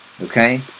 Okay